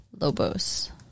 Lobos